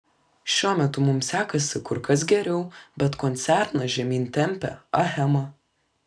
šiuo metu mums sekasi kur kas geriau bet koncerną žemyn tempia achema